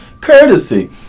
courtesy